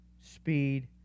speed